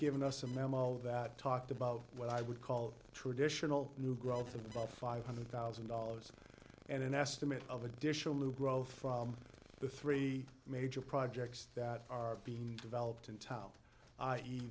given us a memo that talked about what i would call the traditional new growth of about five hundred thousand dollars and an estimate of additional new growth from the three major projects that are being developed in to